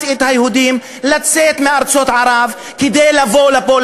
את היהודים לצאת מארצות ערב כדי לבוא לפה,